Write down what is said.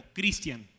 Christian